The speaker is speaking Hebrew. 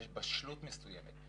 יש בשלות מסוימת,